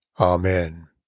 Amen